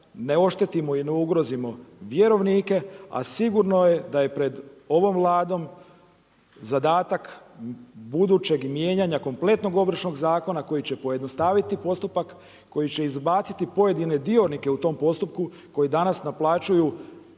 ne oštetimo i ne ugrozimo vjerovnike, a sigurno je da je pred ovom Vladom, zadatak budućeg mijenjanja kompletnog ovršnog zakona koji će pojednostaviti postupak, koji će izbaciti pojedine dionike u tom postupku, koji danas naplaćuju